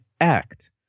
act